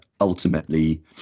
ultimately